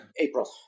April